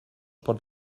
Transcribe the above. pot